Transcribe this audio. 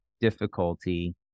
difficulty